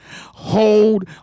hold